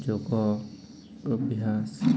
ଯୋଗ ଅଭ୍ୟାସ